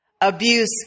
abuse